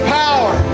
power